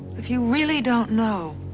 if you really don't know,